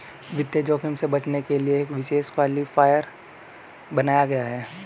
वित्तीय जोखिम से बचने के लिए एक विशेष क्लासिफ़ायर बनाया गया था